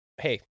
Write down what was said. hey